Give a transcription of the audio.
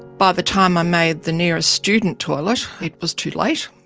by the time i made the nearest student toilet it was too like